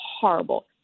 horrible